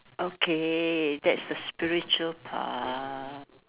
okay that's the spiritual part